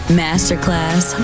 masterclass